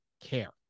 care